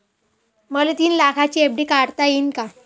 मले तीन लाखाची एफ.डी काढता येईन का?